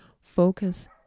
Focus